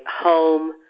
home